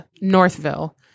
northville